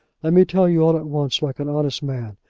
let me tell you all at once like an honest man.